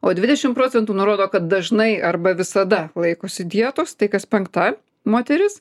o dvidešim procentų nurodo kad dažnai arba visada laikosi dietos tai kas penkta moteris